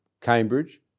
Cambridge